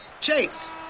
Chase